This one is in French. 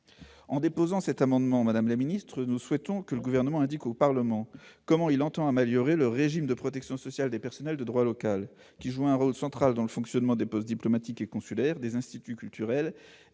En déposant cet amendement, nous souhaitons que le Gouvernement indique au Parlement comment il entend améliorer le régime de protection sociale des personnels de droit local, qui jouent un rôle central dans le fonctionnement des postes diplomatiques et consulaires, des instituts culturels